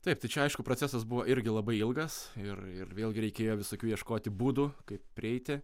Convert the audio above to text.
taip tai čia aišku procesas buvo irgi labai ilgas ir ir vėlgi reikėjo visokių ieškoti būdų kaip prieiti